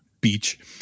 beach